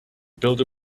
builder